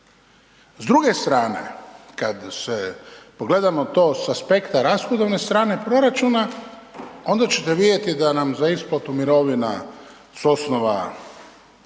D druge strane kad se pogledamo to s aspekta rashodovne strane proračuna onda ćete vidjeti da nam za isplatu mirovina s osnova